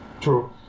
True